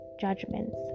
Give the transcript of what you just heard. judgments